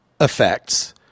effects